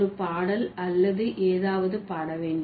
ஒரு பாடல் அல்லது ஏதாவது பாட வேண்டும்